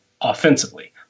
offensively